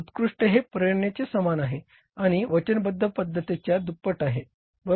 उत्कृष्टता ही प्रेरणेच्या समान आहे आणि वचनबद्धतेच्या दुप्पट आहे बरोबर